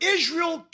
Israel